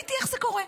תהיתי איך זה קורה.